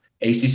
ACC